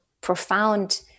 profound